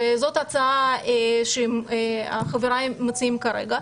וזאת הצעה שחברי מציעים כרגע,